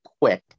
quick